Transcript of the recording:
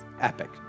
Epic